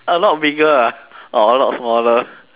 a lot bigger ah or a lot smaller